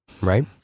Right